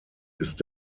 ist